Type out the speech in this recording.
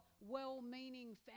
well-meaning